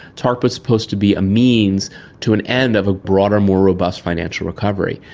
tarp was supposed to be a means to an end of a broader, more robust financial recovery.